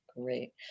Great